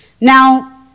Now